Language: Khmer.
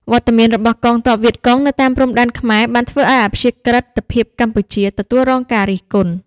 វត្តមានរបស់កងទ័ពវៀតកុងនៅតាមព្រំដែនខ្មែរបានធ្វើឱ្យអព្យាក្រឹតភាពកម្ពុជាទទួលរងការរិះគន់។